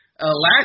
last